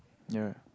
ya